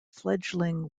fledgling